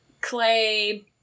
clay